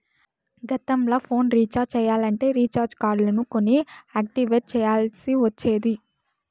గతంల phone recharge చెయ్యాలంటే recharge కార్డులు కొని యాక్టివేట్ చెయ్యాల్ల్సి ఒచ్చేది